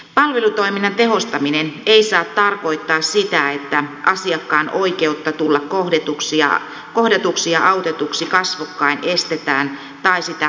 palvelutoiminnan tehostaminen ei saa tarkoittaa sitä että asiakkaan oikeutta tulla kohdatuksi ja autetuksi kasvokkain estetään tai sitä kohtuuttomasti vaikeutetaan